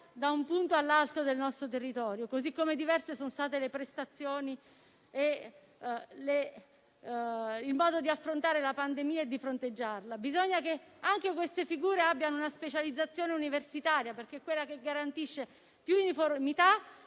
da un punto all'altro del nostro territorio, come diversi sono stati le prestazioni e il modo di affrontare la pandemia. Bisogna che anche queste figure abbiano una specializzazione universitaria, che garantisce più uniformità,